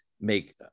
make